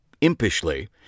impishly